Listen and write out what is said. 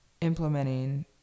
implementing